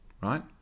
right